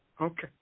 Okay